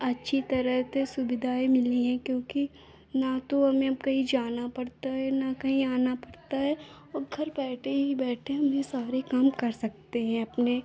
अच्छी तरह से सुविधाएँ मिली हैं क्योंकि न तो हमें अब कहीं जाना पड़ता है न कहीं आना पड़ता है और घर बैठे ही बैठे हम यह सारे काम कर सकते हैं हम अपने